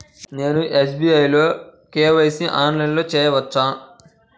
నేను ఎస్.బీ.ఐ లో కే.వై.సి ఆన్లైన్లో చేయవచ్చా?